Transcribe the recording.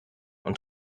und